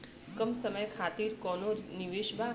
कम समय खातिर कौनो निवेश बा?